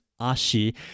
ashi